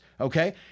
Okay